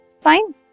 Fine